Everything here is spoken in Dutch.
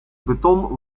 beton